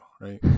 right